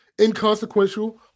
inconsequential